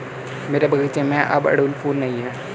मेरे बगीचे में अब अड़हुल फूल नहीं हैं